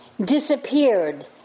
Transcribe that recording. disappeared